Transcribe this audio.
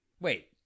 Wait